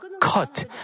cut